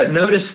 notice